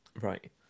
Right